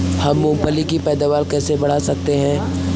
हम मूंगफली की पैदावार कैसे बढ़ा सकते हैं?